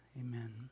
Amen